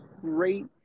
great